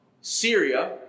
Syria